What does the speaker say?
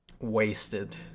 Wasted